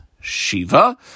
Shiva